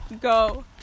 go